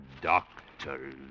Doctor